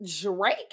Drake